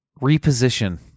Reposition